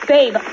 Babe